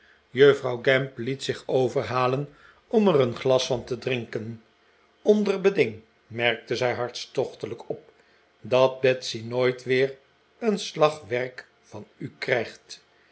juffrouw gamp liet zich overhalen om er een glas van te drinken onder beding merkte zij hartstochtelijk op dat betsy nooit weer een slag werk van u krijgt